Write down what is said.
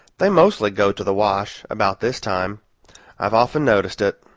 they mostly go to the wash about this time i've often noticed it.